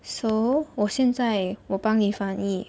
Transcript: so 我现在我帮你翻译